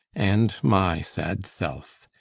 and my sad self.